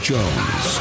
Jones